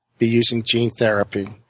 be using gene therapy.